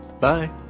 Bye